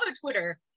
Twitter